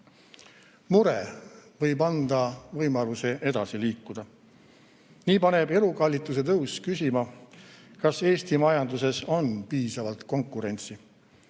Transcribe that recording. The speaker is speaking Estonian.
võib anda võimaluse edasi liikuda. Nii paneb elukalliduse tõus küsima, kas Eesti majanduses on piisavalt konkurentsi.